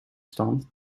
stand